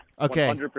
okay